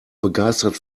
begeistert